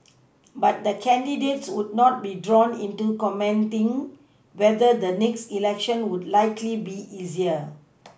but the candidates would not be drawn into commenting whether the next election would likely be easier